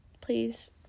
please